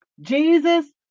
Jesus